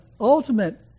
ultimate